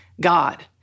God